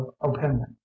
opinion